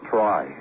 Try